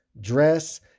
dress